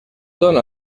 dóna